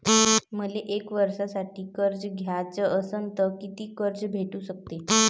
मले एक वर्षासाठी कर्ज घ्याचं असनं त कितीक कर्ज भेटू शकते?